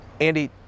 Andy